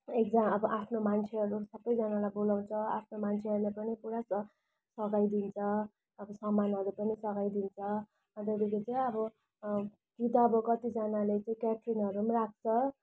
एकजना अब आफ्नो मान्छेहरू सबैजानालाई बोलाउँछ आफ्ना मान्छेहरूले पनि पुरा सघाइ दिन्छ अब सामानहरू पनि साघाइ दिन्छ अन्त त्यहाँदेखि चाहिँ अब कि त अब कतिजानाले केटरिङहरू पनि राख्छ